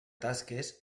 tasques